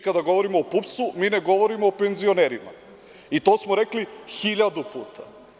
Kada govorimo o PUPS-u mi ne govorimo o penzionerima i to smo rekli hiljadu puta.